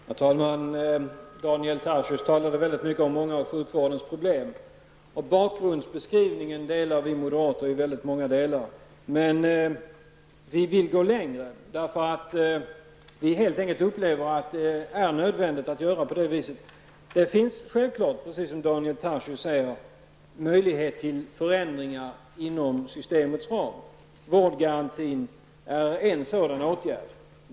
Herr talman! Daniel Tarschys talade mycket om många av sjukvårdens problem. I bakgrundsbeskrivningen instämmer vi moderater till stor del, men vi vill gå längre. Vi upplever helt enkelt att det är nödvändigt att göra det. Det finns självfallet, som Daniel Tarschys sade, möjlighet till förändringar inom systemets ram; införande av vårdgaranti är en sådan förändring.